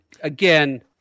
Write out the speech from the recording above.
again